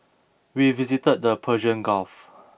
we visited the Persian Gulf